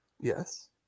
Yes